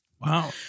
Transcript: Wow